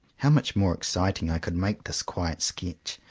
how much more exciting i could make this quiet sketch,